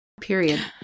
Period